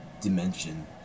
dimension